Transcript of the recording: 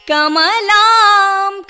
Kamalam